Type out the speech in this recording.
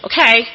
okay